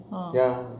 ah